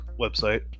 website